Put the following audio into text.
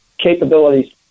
capabilities